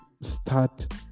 start